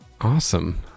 awesome